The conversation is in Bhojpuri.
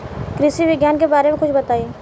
कृषि विज्ञान के बारे में कुछ बताई